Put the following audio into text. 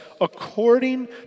according